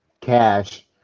cash